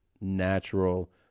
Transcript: Natural